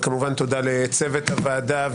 וכמובן תודה לצוות הוועדה,